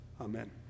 Amen